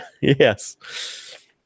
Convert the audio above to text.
Yes